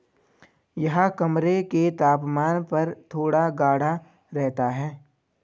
यह कमरे के तापमान पर थोड़ा गाढ़ा रहता है